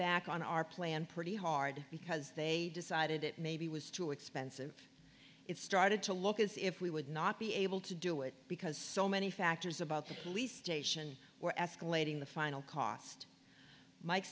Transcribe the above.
back on our plan pretty hard because they decided it maybe was too expensive it started to look as if we would not be able to do it because so many factors about the police station were escalating the final cost m